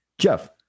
Jeff